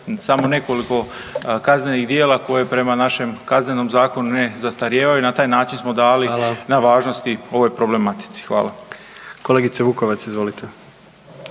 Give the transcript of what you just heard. samo nekoliko kaznenih djela koje prema našem KZ-u ne zastarijevaju i na taj način smo dali na važnosti ovoj problematici. Hvala. **Jandroković, Gordan